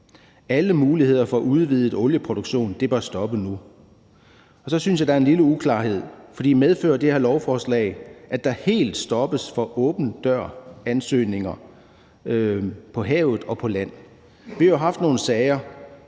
Alle muligheder for en udvidet olieproduktion bør stoppe nu. Og så synes jeg, der er en lille uklarhed, for medfører det her lovforslag, at der helt stoppes for åben dør-ansøgninger på havet og på land? Vi har jo haft nogle sager